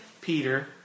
Peter